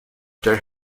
their